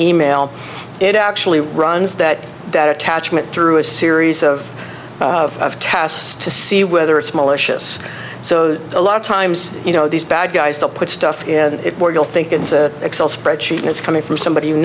e mail it actually runs that that attachment through a series of tests to see whether it's malicious so a lot of times you know these bad guys don't put stuff in it where you'll think it's a excel spreadsheet and it's coming from somebody you